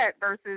versus